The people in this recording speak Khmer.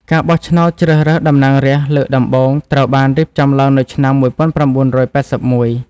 ការបោះឆ្នោតជ្រើសរើសតំណាងរាស្ត្រលើកដំបូងត្រូវបានរៀបចំឡើងនៅឆ្នាំ ១៩៨១។